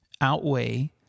outweigh